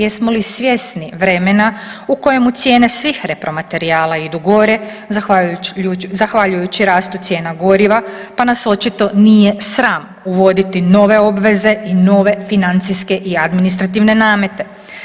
Jesmo li svjesni vremena u kojemu cijene svih repromaterijala idu gore zahvaljujući rastu cijena goriva, pa nas očito nije sram uvoditi nove obveze i nove financijske i administrativne namete.